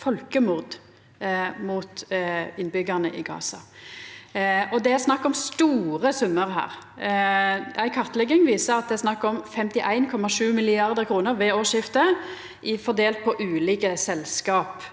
folkemord mot innbyggjarane i Gaza. Det er snakk om store summar her. Ei kartlegging viser at det er snakk om 51,7 mrd. kr ved årsskiftet, fordelt på ulike selskap,